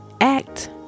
Act